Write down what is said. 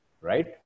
right